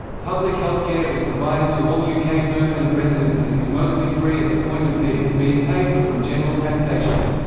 public healthcare is provided to all yeah uk permanent residents and is mostly free at the point of need, being paid for from general taxation.